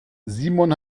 simon